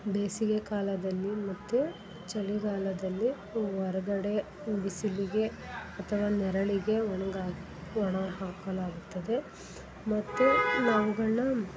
ಬೇಸಿಗೆ ಕಾಲದಲ್ಲಿ ಮತ್ತು ಚಳಿಗಾಲದಲ್ಲಿ ಹೊರ್ಗಡೆ ಬಿಸಿಲಿಗೆ ಅಥವ ನೆರಳಿಗೆ ಒಣ್ಗಾಕಿ ಒಣ ಹಾಕಲಾಗ್ತದೆ ಮತ್ತು ಅವುಗಳನ್ನ